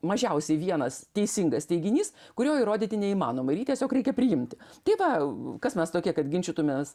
mažiausiai vienas teisingas teiginys kurio įrodyti neįmanoma ir jį tiesiog reikia priimti tai va kas mes tokie kad ginčytumės